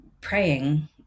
praying